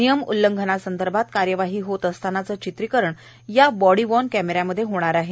नियम उल्लंघना संदर्भात कार्यवाही होत असतानांचे चित्रीकरण सदर बॉडी वॉर्न कॅमेरा मध्ये होणार आहे